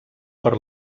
per